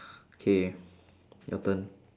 K your turn